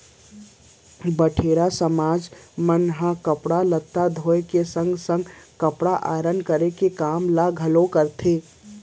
बरेठ समाज मन ह कपड़ा लत्ता धोए के संगे संग कपड़ा आयरन करे के काम ल घलोक करथे